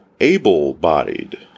able-bodied